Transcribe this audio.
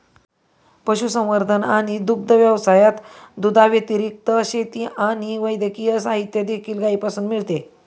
पशुसंवर्धन आणि दुग्ध व्यवसायात, दुधाव्यतिरिक्त, शेती आणि वैद्यकीय साहित्य देखील गायीपासून मिळते